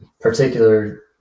particular